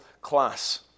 class